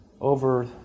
over